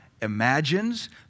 Imagines